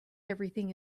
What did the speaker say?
everything